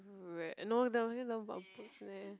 read no they only learn about books leh